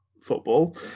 football